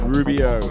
Rubio